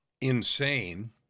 insane